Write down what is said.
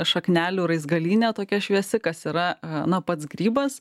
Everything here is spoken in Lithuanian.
šaknelių raizgalynė tokia šviesi kas yra na pats grybas